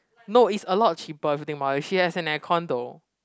no is a lot cheaper if you think about it she has an air con though